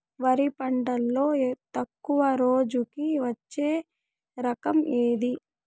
వరి పంటలో తక్కువ రోజులకి వచ్చే రకం ఏది?